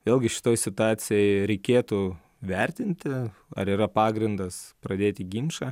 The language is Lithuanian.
vėlgi šitoj situacijoj reikėtų vertinti ar yra pagrindas pradėti ginčą